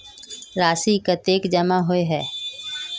राशि कतेक जमा होय है?